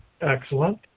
Excellent